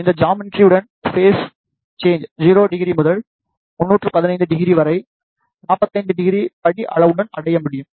இந்த ஜாமெட்ரியுடன் phase change 00 முதல் 3150 வரை 450 படி அளவுடன் அடைய முடியும்